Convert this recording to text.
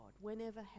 Whenever